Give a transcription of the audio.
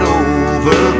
over